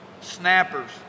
Snappers